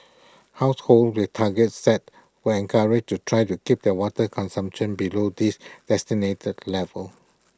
households with targets set were encouraged to try to keep their water consumption below these designated levels